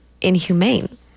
inhumane